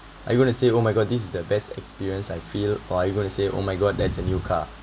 are you going to say oh my god this is the best experience I feel or are you going to say oh my god that's a new car